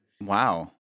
Wow